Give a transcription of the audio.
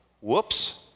Whoops